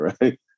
right